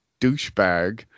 Douchebag